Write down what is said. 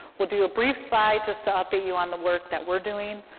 we'll do a brief slide, just to update you on the work that we're doing,